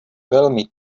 velmi